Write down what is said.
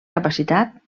capacitat